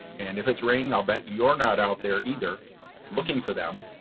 and if it's raining i'll bet you're not out there either looking for them.